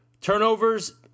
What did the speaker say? turnovers